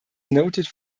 noted